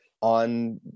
on